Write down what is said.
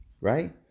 Right